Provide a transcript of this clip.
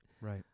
Right